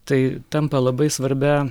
tai tampa labai svarbia